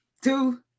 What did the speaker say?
Two